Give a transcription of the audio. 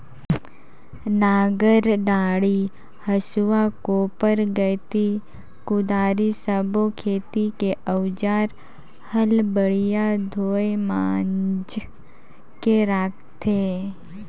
नांगर डांडी, हसुआ, कोप्पर गइती, कुदारी सब्बो खेती के अउजार हल बड़िया धोये मांजके राखथे